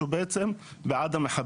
הוא בעד המחבלים.